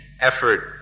effort